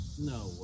No